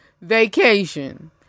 Vacation